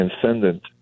transcendent